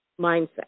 mindset